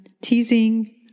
teasing